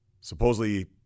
supposedly